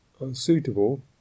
unsuitable